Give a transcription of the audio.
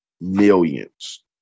millions